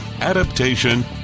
adaptation